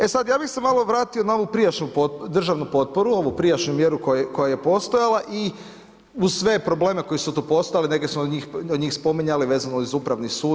E sad, ja bih se malo vratio na ovu prijašnju državnu potporu, ovu prijašnju mjeru koja je postojala i uz sve probleme koji su tu postojali, neke smo od njih spominjali vezano uz Upravni sud.